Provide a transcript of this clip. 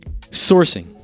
Sourcing